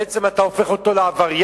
בעצם אתה הופך אותו לעבריין,